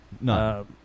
No